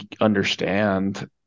understand